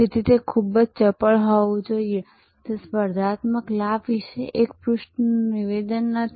તેથી તે ખૂબ જ ચપળ હોવું જોઈએ તે સ્પર્ધાત્મક લાભ વિશે એક પૃષ્ઠનું નિવેદન નથી